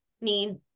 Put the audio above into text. need